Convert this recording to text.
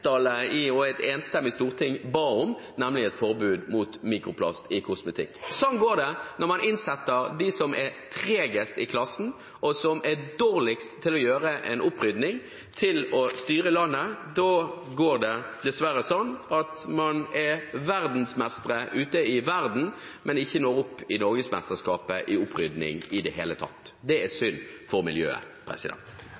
og et enstemmig storting ba om, nemlig et forbud mot mikroplast i kosmetikk. Sånn går det når man innsetter dem som er tregest i klassen og dårligst til å gjøre en opprydning, til å styre landet. Da går det dessverre sånn at man er verdensmestre ute i verden, men ikke når opp i norgesmesterskapet i opprydning i det hele tatt. Det er